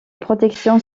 protections